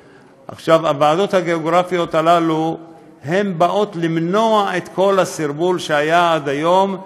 הוועדות הגיאוגרפיות האלה נועדו למנוע את כל הסרבול שהיה עד היום,